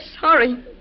Sorry